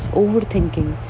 overthinking